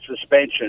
suspension